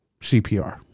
CPR